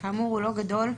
שכאמור הוא לא גדול,